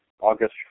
August